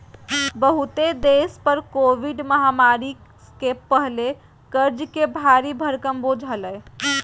बहुते देश पर कोविड महामारी के पहले कर्ज के भारी भरकम बोझ हलय